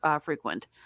frequent